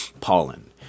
pollen